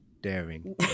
Daring